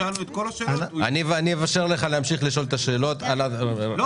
שאלנו את כל השאלות- -- אאפשר לך להמשיך לשאול שאלות לפני